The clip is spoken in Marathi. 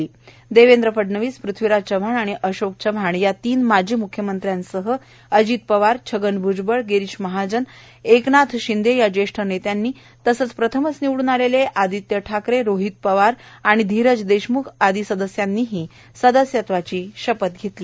दब्वेंद्र फडणवीस पृथ्वीराज चव्हाण आणि अशोक चव्हाण या तीन माजी मुख्यमंत्र्यांसह अजित पवार छगन भ्जबळ गिरीश महाजन एकनाथ शिंद या ज्यष्ठठ नप्त्यांनी तसंच प्रथमच निवड्रन आल्ल आदित्य ठाकर रोहित पवार धीरज दक्षम्ख आदी सदस्यांनीही सदस्यत्वाची शपथ घप्रली